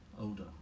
older